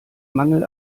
mangel